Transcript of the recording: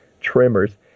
tremors